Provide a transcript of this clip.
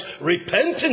repentance